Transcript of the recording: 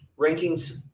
rankings